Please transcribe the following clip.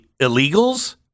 illegals